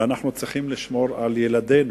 אנחנו צריכים לשמור על ילדינו.